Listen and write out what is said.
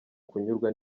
kunyurwa